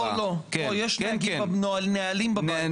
לא, לא, יש נהלים בבית הזה.